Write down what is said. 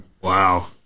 Wow